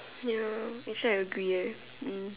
ya actually I agree eh mm